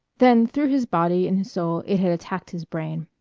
then through his body and his soul it had attacked his brain.